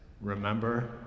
Remember